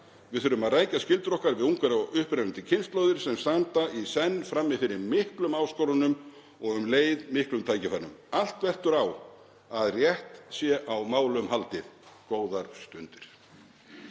Við þurfum að rækja skyldur okkar við ungar og upprennandi kynslóðir sem standa í senn frammi fyrir miklum áskorunum og um leið miklum tækifærum. Allt veltur á að rétt sé á málum haldið. — Góðar stundir.